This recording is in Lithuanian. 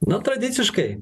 na tradiciškai